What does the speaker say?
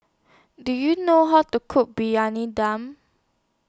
Do YOU know How to Cook Briyani Dum